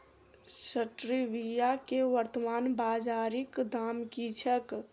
Stevia केँ वर्तमान बाजारीक दाम की छैक?